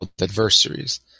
adversaries